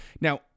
Now